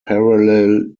parallel